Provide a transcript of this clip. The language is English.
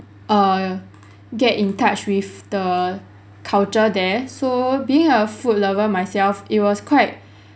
err get in touch with the culture there so being a food lover myself it was quite